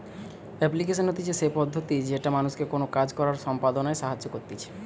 application হতিছে সে পদ্ধতি যেটা মানুষকে কোনো কাজ সম্পদনায় সাহায্য করতিছে